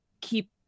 keep